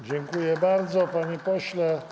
Dziękuję bardzo, panie pośle.